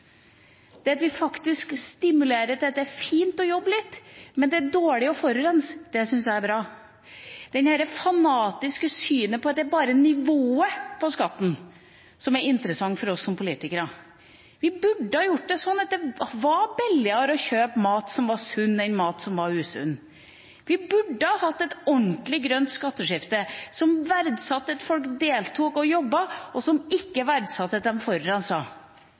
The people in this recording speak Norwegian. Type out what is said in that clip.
Det at vi faktisk stimulerer til at det er fint å jobbe litt, men at det er dårlig å forurense, syns jeg er bra. At det bare er nivået på skatten som er interessant for oss som politikere, er et fanatisk syn. Vi burde ha gjort det sånn at det var billigere å kjøpe mat som var sunn, enn mat som var usunn. Vi burde hatt et ordentlig grønt skatteskifte som verdsatte at folk deltok og jobbet, og som ikke verdsatte